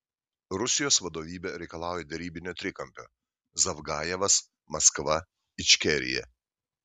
rusijos vadovybė reikalauja derybinio trikampio zavgajevas maskva ičkerija